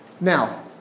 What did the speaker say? Now